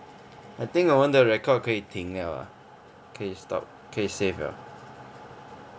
I think 我们的 record 可以听 liao ah 可以 stop 可以 save liao